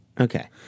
okay